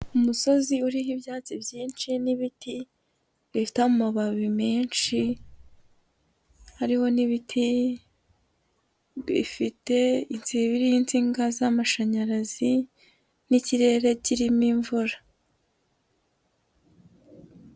Umusozi uriho ibyatsi byinshi n'ibiti bifite amababi menshi, hariho n'ibiti biriho insinga z'amashanyarazi n'ikirere kirimo imvura.